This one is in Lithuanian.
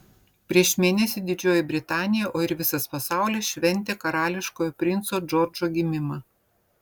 prieš mėnesį didžioji britanija o ir visas pasaulis šventė karališkojo princo džordžo gimimą